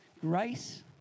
grace